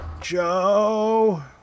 Joe